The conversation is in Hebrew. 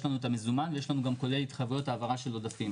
יש לנו המזומן ויש לנו גם כולל התחייבויות העברה של עודפים.